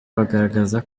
bagaragaza